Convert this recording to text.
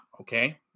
Okay